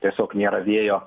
tiesiog nėra vėjo